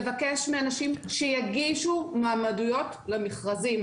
לבקש מאנשים שיגישו מועמדויות למכרזים.